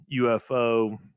UFO